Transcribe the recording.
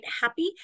happy